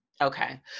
Okay